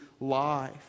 life